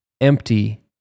empty